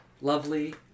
lovely